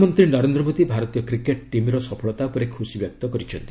ପ୍ରଧାନମନ୍ତ୍ରୀ ନରେନ୍ଦ୍ର ମୋଦୀ ଭାରତୀୟ କ୍ରିକେଟ୍ ଟିମ୍ର ସଫଳତା ଉପରେ ଖୁସିବ୍ୟକ୍ତ କରିଛନ୍ତି